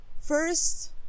first